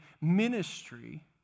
ministry